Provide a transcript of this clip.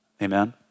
amen